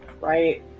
right